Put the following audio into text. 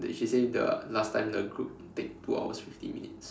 the she say the last time the group take two hours fifty minute